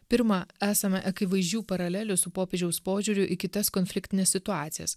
pirma esame akivaizdžių paralelių su popiežiaus požiūriu į kitas konfliktines situacijas